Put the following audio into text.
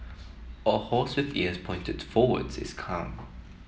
a horse with ears pointed forwards is calm